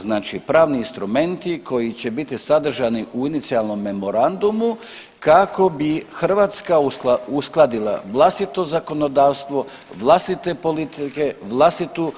Znači pravni instrumenti koji će biti sadržani u inicijalnom memorandumu kako bi Hrvatska uskladila vlastito zakonodavstvo, vlastite politike, vlastitu